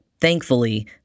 thankfully